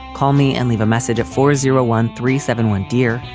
call me and leave a message at four zero one three seven one, dear.